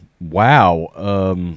Wow